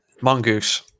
Mongoose